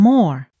More